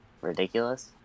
ridiculous